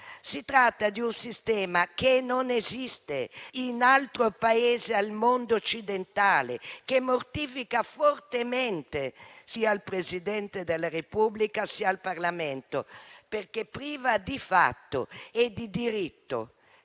Si tratta di un sistema che non esiste in altro Paese al mondo occidentale e che mortifica fortemente sia il Presidente della Repubblica, sia il Parlamento, perché priva di fatto e di diritto